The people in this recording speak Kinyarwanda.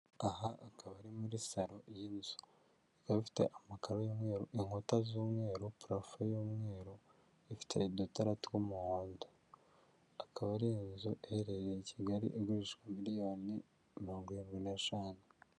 Aha akaba ari muri salo y'inzu, ikafite amakaro y'umweru, inkuta z'umweru parafo y'umweru, ifite udutara tw'umuhondo, akaba ari inzu iherereye i Kigali igurishwa miliyoni mirongo irindwi n'eshanu.